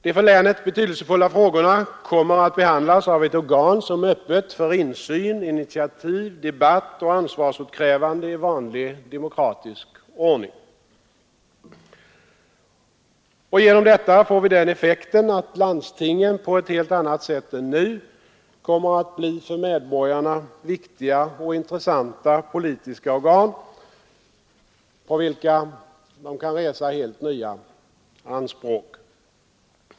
De för länet betydelsefulla frågorna kommer att behandlas av ett organ som är öppet för insyn, initiativ, debatt och ansvarsutkrävande i vanlig demokratisk ordning. Och genom detta får vi den effekten att landstingen på ett helt annat sätt än nu kommer att bli för medborgarna viktiga och intressanta politiska organ, på vilka de kan resa helt nya anspråk.